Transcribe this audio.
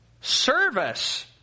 service